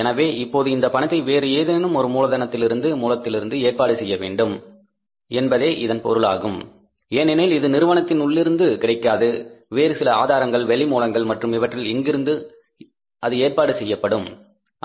எனவே இப்போது இந்த பணத்தை வேறு ஏதேனும் ஒரு மூலத்திலிருந்து ஏற்பாடு செய்ய வேண்டும் என்பதே இதன் பொருள் ஏனெனில் இது நிறுவனத்தின் உள்ளிருந்து கிடைக்காது வேறு சில ஆதாரங்கள் வெளி மூலங்கள் மற்றும் இவற்றில் எங்கிருந்து அது ஏற்பாடு செய்யப்படும்